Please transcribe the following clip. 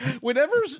Whenever